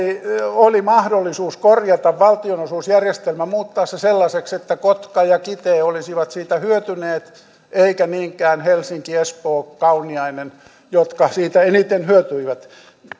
oli mahdollisuus korjata valtionosuusjärjestelmä muuttaa se sellaiseksi että kotka ja kitee olisivat siitä hyötyneet eivätkä niinkään helsinki espoo kauniainen jotka siitä eniten hyötyivät